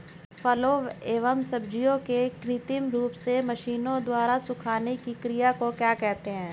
फलों एवं सब्जियों के कृत्रिम रूप से मशीनों द्वारा सुखाने की क्रिया क्या कहलाती है?